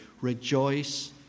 Rejoice